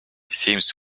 seems